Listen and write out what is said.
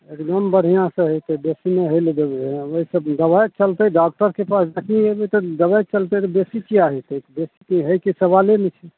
एकदम बढ़िआँसे हेतै बेसी नहि होइ ले देबै दवाइ चलतै डॉकटरके पास जखन अएबै तऽ दवाइ चलतै तऽ बेसी किएक हेतै बेसी होइके सवाले नहि छै